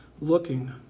looking